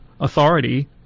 authority